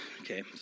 okay